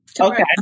Okay